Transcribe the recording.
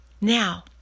Now